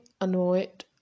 annoyed